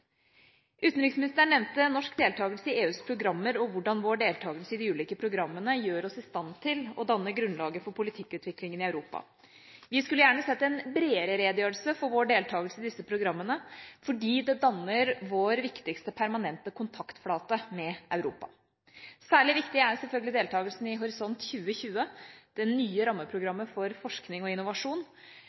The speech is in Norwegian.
Utenriksministeren nevnte norsk deltagelse i EUs programmer og hvordan vår deltagelse i de ulike programmene gjør oss i stand til å danne grunnlaget for politikkutviklingen i Europa. Vi skulle gjerne sett en bredere redegjørelse for vår deltagelse i disse programmene fordi det danner vår viktigste permanente kontaktflate med Europa. Særlig viktig er selvfølgelig deltagelsen i Horisont 2020, det nye rammeprogrammet for forskning og innovasjon.